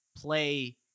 play